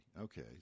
Okay